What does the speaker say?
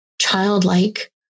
childlike